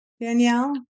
Danielle